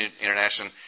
International